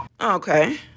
Okay